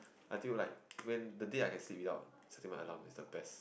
until like when the day I can sleep without setting my alarm is the best